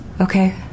okay